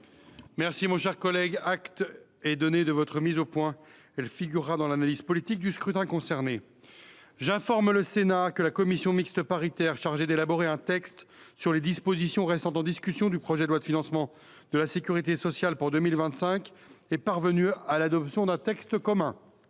voter contre. Acte vous est donné de cette mise au point, mon cher collègue. Elle figurera dans l’analyse politique du scrutin. J’informe le Sénat que la commission mixte paritaire chargée d’élaborer un texte sur les dispositions restant en discussion du projet de loi de financement de la sécurité sociale pour 2025 est parvenue à l’adoption d’un texte commun.